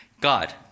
God